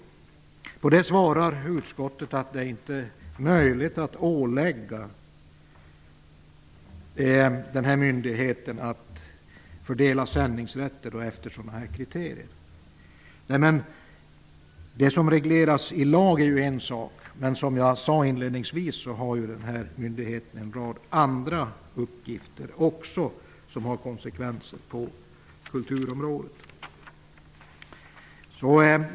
Om detta säger man i utskottet att det inte är möjligt att ålägga myndigheten att fördela sändningsrätter enligt sådana kriterier. Nej, det som regleras i lag är en sak, men som jag sade tidigare har denna myndighet också andra uppgifter som får konsekvenser på kulturområdet.